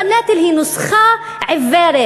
שוויון בנטל הוא נוסחה עיוורת,